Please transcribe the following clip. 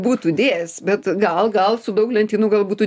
būtų dėjęs bet gal gal su daug lentynų gal būtų